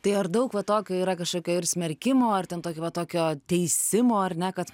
tai ar daug va tokio yra kažkokio ir smerkimo ar ten tokį va tokio teisimo ar ne kad